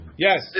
Yes